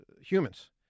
humans